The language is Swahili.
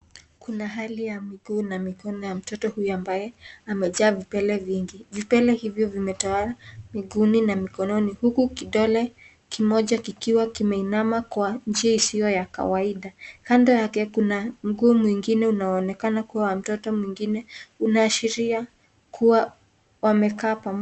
Kuna hali mguu na mkono ya mtoto huyu ambaye amejaa vipele vingi, vipele hivyo vimetwa miguuni na mikononi huku kidole kimoja kikiwa kimeinama kwa njia isiyo ya kawaida kando yake kuna mguu mwingine unaonekana kuwa wa mtoto mwingine unaashiria kuwa wamekaa pamoja.